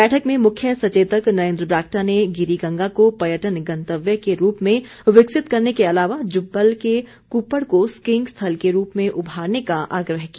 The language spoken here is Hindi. बैठक में मुख्य सचेतक नरेन्द्र बरागटा ने गिरी गंगा को पर्यटन गंतव्य के रूप में विकसित करने के अलावा जुब्बल के कृप्पड़ को स्कींग स्थल के रूप में उभारने का आग्रह किया